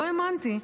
לא האמנתי,